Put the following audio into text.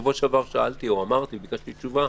שבוע שעבר שאלתי וביקשתי תשובה,